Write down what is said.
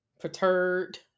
perturbed